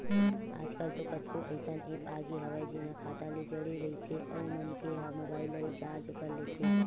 आजकल तो कतको अइसन ऐप आगे हवय जेन ह खाता ले जड़े रहिथे अउ मनखे ह मोबाईल ल रिचार्ज कर लेथे